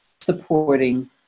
supporting